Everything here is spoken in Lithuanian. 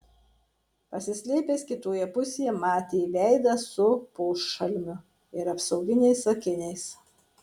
pasislėpęs kitoje pusėje matė veidą su pošalmiu ir apsauginiais akiniais